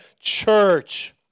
church